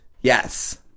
Yes